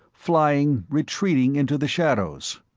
flying, retreating into the shadows.